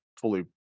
fully